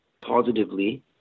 positively